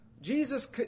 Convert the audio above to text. Jesus